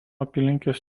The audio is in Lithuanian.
apylinkės